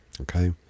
Okay